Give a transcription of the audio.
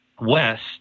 west